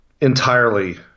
entirely